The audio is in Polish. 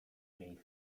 miejsca